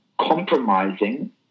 compromising